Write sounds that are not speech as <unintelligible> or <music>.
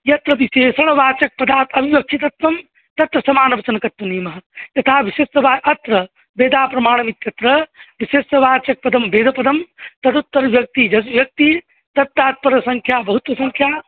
यत्र विशेषणवाचकपदात् अन्विवक्षितत्वं तत्र समानवचनकत्वं नियमः यथा <unintelligible> अत्र वेदाः प्रमाणम् इत्यत्र विशेषणवाचकपदं वेदपदं तदुत्तर विभक्ति <unintelligible> तद् तात्पर्यसंख्या बहुत्वसंख्या